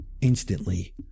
Instantly